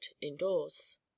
indoors